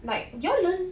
like you all learn